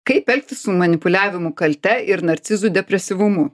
kaip elgtis su manipuliavimu kalte ir narcizų depresyvumu